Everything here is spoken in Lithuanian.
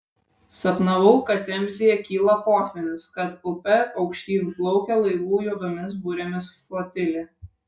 sapnavau kad temzėje kyla potvynis kad upe aukštyn plaukia laivų juodomis burėmis flotilė